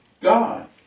God